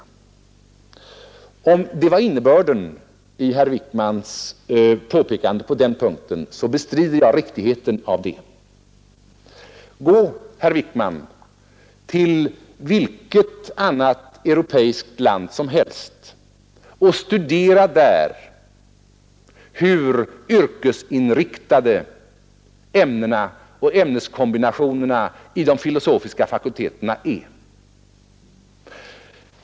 Om det var innebörden i herr Wijkmans påpekande, bestrider jag riktigheten av det. Gå, herr Wijkman, till vilket annat europeiskt land som helst och studera där hur yrkesinriktade olika ämnen och ämneskombinationer vid de filosofiska fakulteterna är!